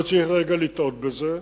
לא צריך לרגע לטעות בזה,